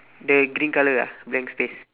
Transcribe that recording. the green colour ah blank space